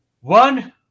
One